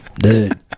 Dude